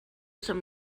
some